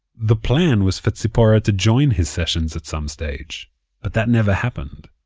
the plan was for tzipora to join his sessions at some stage but that never happened.